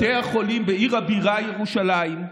בתי החולים בעיר הבירה ירושלים,